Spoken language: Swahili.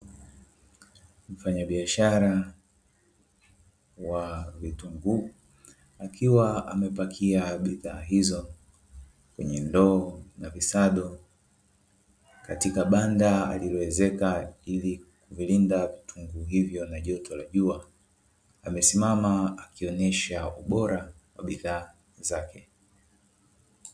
Mfanyabiashara wa vitunguu akiwa amepakia bidhaa hizo kwenye ndoo na visado katika banda aliriwezeka ili kulinda vitunguu hivyo na joto la jua amesimama akionyesha ubora wa bidhaa zake.